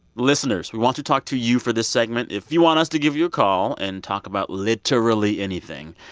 listeners, we want to talk to you for this segment. if you want us to give you a call and talk about literally anything,